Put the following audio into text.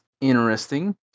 interesting